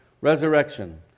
resurrection